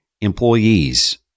employees